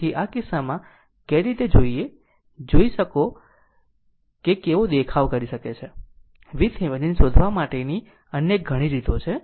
તેથી આ કિસ્સામાં કઈ રીતે જોઈએ જોઈ શકે તેવો દેખાવ શોધી શકે છે VThevenin શોધવા માટેની અન્ય ઘણી રીતો છે